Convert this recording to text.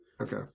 Okay